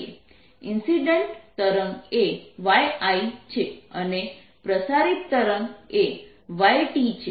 incident તરંગ એ yI છે અને પ્રસારિત તરંગ એ yT છે